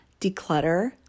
declutter